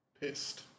Pissed